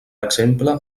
exemple